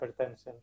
hypertension